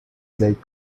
dade